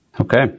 Okay